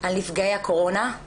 על נפגעי הקורונה,